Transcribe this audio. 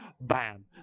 bam